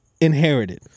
inherited